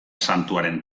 santuaren